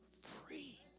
free